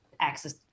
access